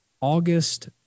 August